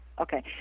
Okay